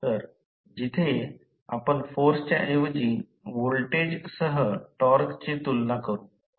तर जेथे आपण फोर्सच्या ऐवजी व्होल्टेजसह टॉर्कची तुलना करू